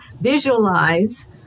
visualize